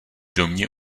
domě